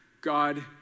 God